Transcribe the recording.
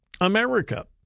America